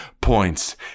points